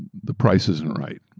the price isn't right.